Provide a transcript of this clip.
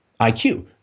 iq